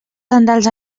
tendals